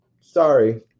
Sorry